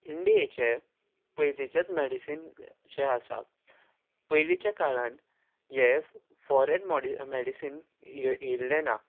इंडियेचे पयलीचें मॅडिसीन जें आसा पयलींच्या काळान हे फॉरेन मॅडिसीन येयल्ले ना